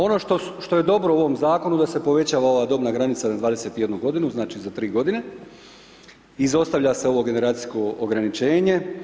Ono što je dobro u ovom zakonu da se povećala ova dobna granica na 21 godinu, znači za 3 godine, izostavlja se ovo generacijsko ograničenje.